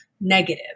negative